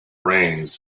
brains